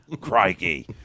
Crikey